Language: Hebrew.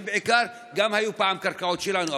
שגם הן היו פעם קרקעות שלנו,